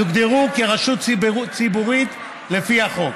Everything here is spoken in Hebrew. יוגדרו כרשות ציבורית לפי החוק.